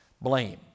Blame